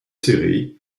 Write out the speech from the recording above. séries